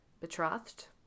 Betrothed